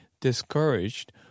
discouraged